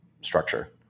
structure